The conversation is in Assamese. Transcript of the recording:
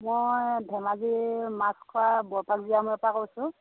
মই ধেমাজি মাছখোৱা পৰা কৈছোঁ